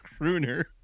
crooner